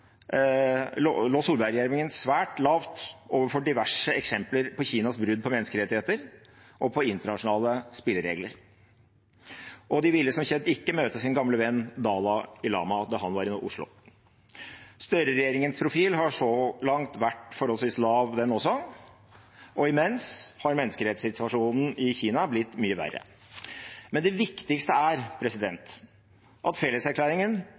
svært lavt overfor diverse eksempler på Kinas brudd på menneskerettigheter og på internasjonale spilleregler, og de ville som kjent ikke møte sin gamle venn Dalai Lama da han var i Oslo. Støre-regjeringens profil har så langt vært forholdsvis lav, den også, og imens har menneskerettssituasjonen i Kina blitt mye verre. Men det viktigste er at felleserklæringen